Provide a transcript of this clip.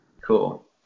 Cool